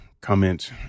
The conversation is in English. comment